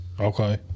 Okay